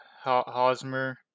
Hosmer